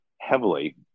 heavily